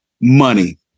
money